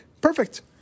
Perfect